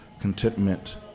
contentment